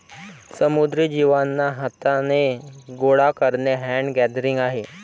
समुद्री जीवांना हाथाने गोडा करणे हैंड गैदरिंग आहे